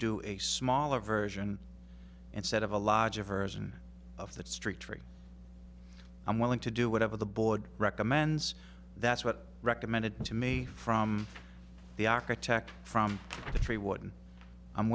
do a smaller version instead of a larger version of the street tree i'm willing to do whatever the board recommends that's what recommended to me from the architect from the tree